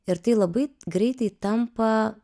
ir tai labai greitai tampa